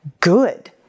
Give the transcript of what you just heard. good